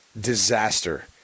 disaster